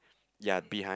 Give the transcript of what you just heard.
ya behind